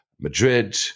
Madrid